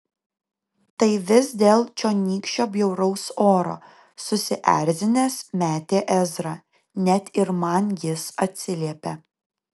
tai vis dėl čionykščio bjauraus oro susierzinęs metė ezra net ir man jis atsiliepia